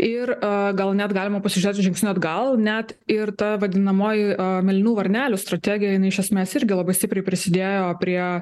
ir gal net galima pasižiūrėt žingsniu atgal net ir ta vadinamoji mėlynų varnelių strategija jinai iš esmės irgi labai stipriai prisidėjo prie